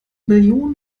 millionen